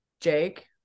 Jake